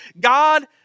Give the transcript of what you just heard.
God